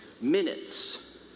Minutes